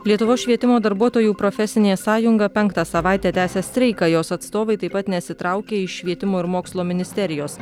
lietuvos švietimo darbuotojų profesinė sąjunga penktą savaitę tęsia streiką jos atstovai taip pat nesitraukia iš švietimo ir mokslo ministerijos